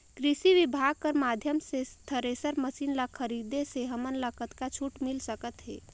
कृषि विभाग कर माध्यम से थरेसर मशीन ला खरीदे से हमन ला कतका छूट मिल सकत हे?